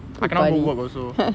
I cannot go work also